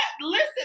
listen